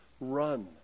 run